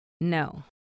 No